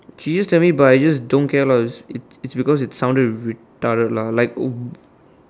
she is just tell me but I just don't care lah it's it's because it sounded retarded lah like